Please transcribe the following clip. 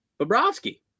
Bobrovsky